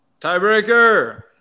Tiebreaker